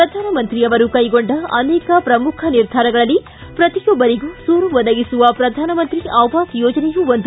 ಪ್ರಧಾನಮಂತ್ರಿಯವರು ಕೈಗೊಂಡ ಅನೇಕ ಪ್ರಮುಖ ನಿರ್ಧಾರಗಳಲ್ಲಿ ಪ್ರತಿಯೊಬ್ಬರಿಗೂ ಸೂರು ಒದಗಿಸುವ ಪ್ರಧಾನಮಂತ್ರಿ ಆವಾಸ್ ಯೋಜನೆಯೂ ಒಂದು